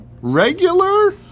Regular